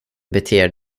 beter